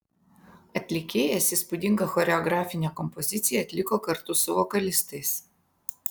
atlikėjas įspūdingą choreografinę kompoziciją atliko kartu su vokalistais